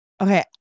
Okay